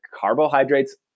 carbohydrates